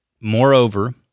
Moreover